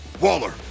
Waller